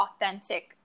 authentic